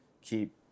keep